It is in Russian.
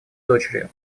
дочерью